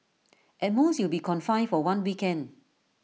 at most you'll be confined for one weekend